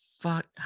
fuck